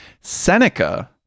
Seneca